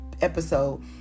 episode